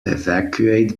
evacuate